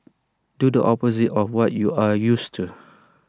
do the opposite of what you are used to